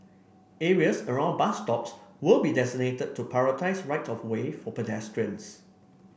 areas around bus stops will be designated to prioritise right of way for pedestrians